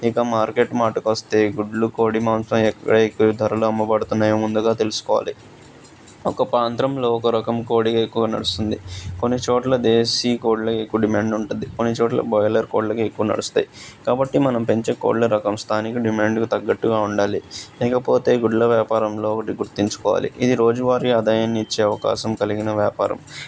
ఇక మార్కెట్ మాటకు వస్తే గుడ్లు కోడి మాంసం ఎక్కడ ఎక్కువ ధరలు అమ్మబడుతున్నాయో ముందుగా తెలుసుకోవాలి ఒక పాంత్రంలో ఒక రకం కోడి ఎక్కువ నడుస్తుంది కొన్ని చోట్ల దేశీయ కోళ్ళే ఎక్కువ డిమాండ్ ఉంటుంది కొన్ని చోట్ల బ్రాయిలర్ కోళ్ళకే ఎక్కువ నడుస్తాయి కాబట్టి మనం పెంచే కోళ్ళ రకం స్థానానికి డిమాండ్ తగ్గట్టుగా ఉండాలి ఇకపోతే గుడ్ల వ్యాపారంలో ఒకటి గుర్తించుకోవాలి ఇది రోజువారి ఆదాయాన్నిచ్చే అవకాశం కలిగిన వ్యాపారం